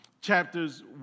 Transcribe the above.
Chapters